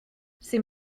ces